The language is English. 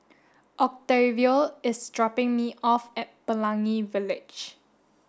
Octavio is dropping me off at Pelangi Village